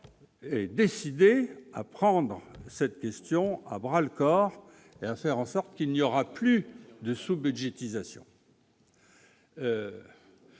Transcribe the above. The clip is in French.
est décidé à prendre dans cette question à bras-le-corps et à faire en sorte qu'il n'y aura plus de sous-budgétisation.